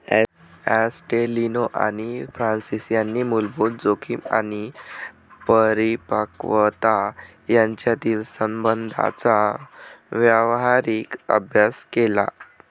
ॲस्टेलिनो आणि फ्रान्सिस यांनी मूलभूत जोखीम आणि परिपक्वता यांच्यातील संबंधांचा व्यावहारिक अभ्यास केला